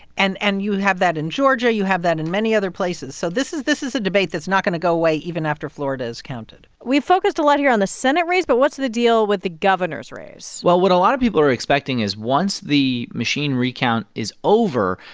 and and you have that in georgia. you have that in many other places. so this is this is a debate that's not going to go away, even after florida is counted we've focused a lot here on the senate race. but what's the deal with the governor's race? well, what a lot of people are expecting is once the machine recount is over,